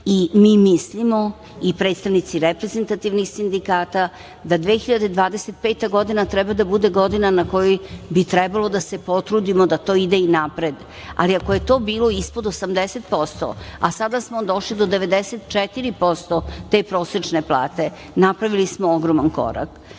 i mi mislimo i predstavnici reprezentativnih sindikata da 2025. godina treba da bude godina na kojoj bi trebalo da se potrudimo da to ide i napred. Ako je to bilo ispod 80%, a sada smo došli do 94% te prosečne plate, napravili smo ogroman korak.